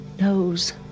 knows